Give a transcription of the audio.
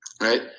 right